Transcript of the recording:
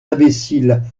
imbécile